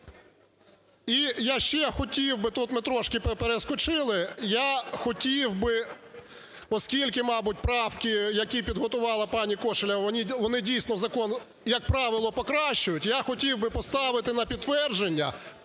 І я ще хотів би, тут ми трошки перескочили. Я хотів би, оскільки, мабуть, правки, які підготувала пані Кошелєва, вони, дійсно, в закон, як правило, покращують. Я хотів би поставити на підтвердження